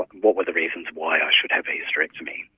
what were the reasons why i should have a hysterectomy.